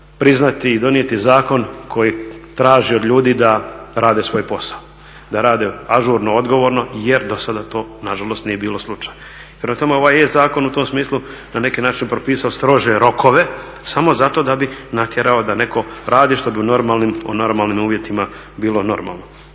priznati i donijeti zakon koji traži od ljudi da rade svoj posao, da rade ažurno, odgovorno jer do sada to na žalost nije bilo slučaj. Prema tome, ovaj je zakon u tom smislu na neki način propisao strože rokove samo zato da bi natjerao da netko radi što bi u normalnim uvjetima bilo normalno.